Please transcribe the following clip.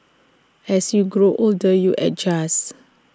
as you grow older you adjust